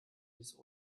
dies